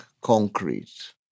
concrete